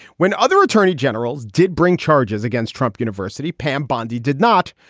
when other attorney generals did bring charges against trump university, pam bondi did not,